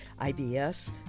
IBS